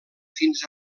fins